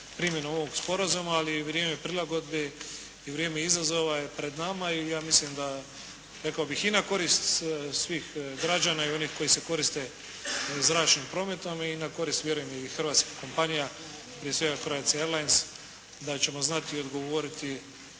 primjene ovog sporazuma, ali i vrijeme prilagodbe i vrijeme izazova je pred nama i ja mislim da rekao bih i na korist svih građana i onih koji se koriste zračnim prometom i na korist vjerujem i hrvatskih kompanija prije svega Croatia airlines da ćemo znati odgovoriti